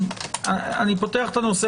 אני פותח את הנושא